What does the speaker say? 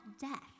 death